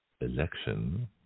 Election